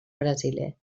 brasiler